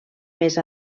més